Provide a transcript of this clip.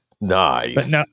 Nice